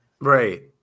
Right